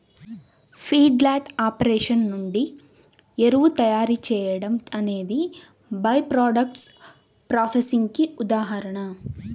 feedlot operation నుండి ఎరువు తయారీ చేయడం అనేది బై ప్రాడక్ట్స్ ప్రాసెసింగ్ కి ఉదాహరణ